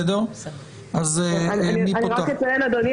אני רק אציין, אדוני